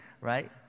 Right